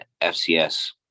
FCS